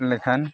ᱞᱮᱠᱷᱟᱱ